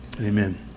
Amen